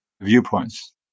viewpoints